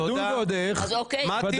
ידון ועוד איך, ודאי.